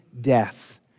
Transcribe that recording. death